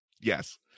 yes